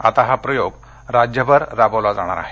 आता हा प्रयोग राज्यभर राबविला जाणार आहे